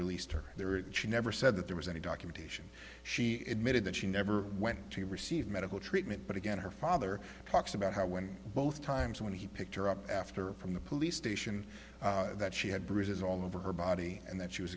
released her there it she never said that there was any documentation she admitting that she never went to receive medical treatment but again her father talks about how when both times when he picked her up after from the police station that she had bruises all over her body and that she was